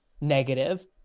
negative